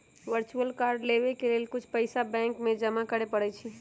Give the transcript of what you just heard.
virtual card लेबेय के लेल कुछ पइसा बैंक में जमा करेके परै छै